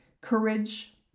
courage